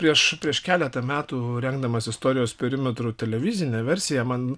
prieš prieš keletą metų rengdamas istorijos perimetrų televizinę versiją man